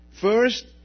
First